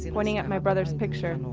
pointing at my brother's picture.